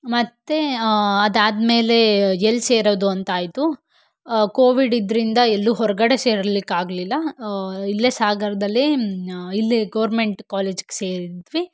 ಮತ್ತು ಅದಾದಮೇಲೆ ಎಲ್ಲಿ ಸೇರೋದು ಅಂತ ಆಯಿತು ಕೋವಿಡ್ ಇದರಿಂದ ಎಲ್ಲೂ ಹೊರಗಡೆ ಸೇರ್ಲಿಕ್ಕೆ ಆಗಲಿಲ್ಲ ಇಲ್ಲೇ ಸಾಗರದಲ್ಲೇ ಇಲ್ಲೇ ಗೌರ್ಮೆಂಟ್ ಕಾಲೇಜಿಗ್ ಸೇರಿದ್ವಿ